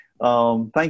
Thank